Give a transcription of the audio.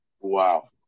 Wow